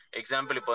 example